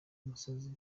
umusazi